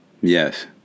Yes